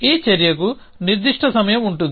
ఈ చర్యకు నిర్దిష్ట సమయం ఉంటుంది